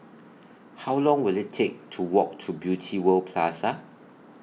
How Long Will IT Take to Walk to Beauty World Plaza